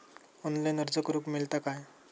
Online अर्ज करूक मेलता काय?